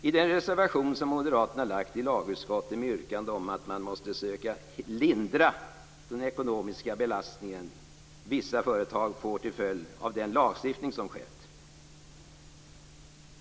I den reservation som moderaterna lagt i lagutskottet yrkar vi att man måste söka lindra den ekonomiska belastning som vissa företag får till följd av den lagstiftning som skett.